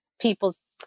people's